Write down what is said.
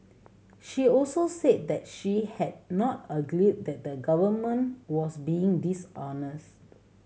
she also said that she had not alleged that the Government was being dishonest